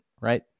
right